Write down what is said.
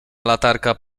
latarka